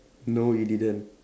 no you didn't